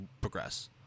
progress